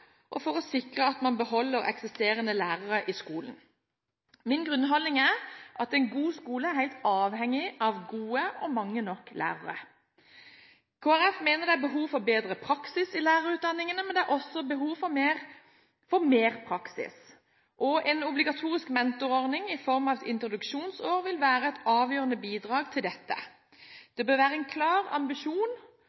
sikre at man beholder eksisterende lærere i skolen. Min grunnholdning er at en god skole er helt avhengig av gode og mange nok lærere. Kristelig Folkeparti mener det er behov for bedre praksis i lærerutdanningen, men det er også behov for mer praksis. En obligatorisk mentorordning i form av et introduksjonsår vil være et avgjørende bidrag til dette.